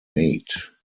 mate